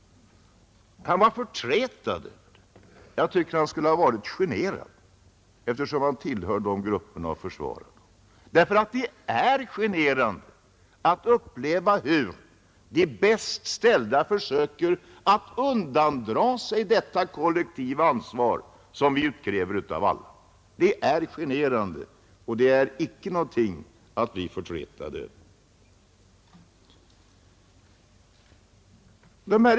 Han var förtretad. Jag tycker han borde ha varit generad i stället, eftersom han tillhör de grupperna och försvarade dem. Det är generande att behöva uppleva hur de bäst ställda försöker att undandra sig detta kollektiva ansvar som vi utkräver av alla. Det är generande, och det är inte någonting att bli förtretad över.